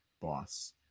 boss